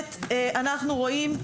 שבאמת אנחנו רואים,